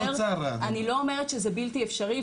אני לא אומרת שזה בלתי אפשרי.